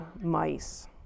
mice